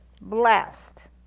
blessed